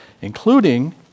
including